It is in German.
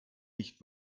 nicht